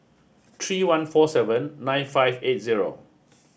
three one four seven nine five eight zero